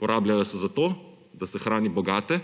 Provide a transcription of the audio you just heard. Porabljajo se zato, da se hrani bogate,